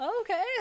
Okay